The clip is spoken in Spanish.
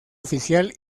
oficial